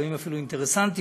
לפעמים אפילו אינטרסנטיות,